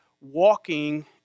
walking